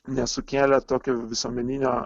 nesukėlė tokio visuomeninio